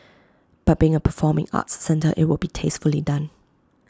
but being A performing arts centre IT will be tastefully done